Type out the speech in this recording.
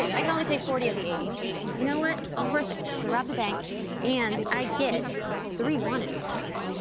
i can only take forty of the eighty but you know what, it was worth it, cause i robbed a bank and i get three wanted points.